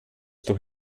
doch